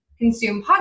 consume